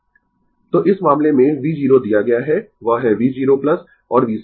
Refer Slide Time 2610 तो इस मामले में V 0 दिया गया है वह है V 0 और VC ∞